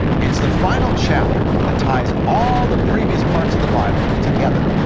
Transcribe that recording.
it's the final chapter that ties all the previous parts of the bible together.